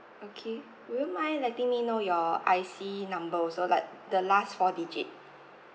okay would you mind letting me know your I_C number also like the last four digit